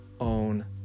own